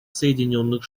соединенных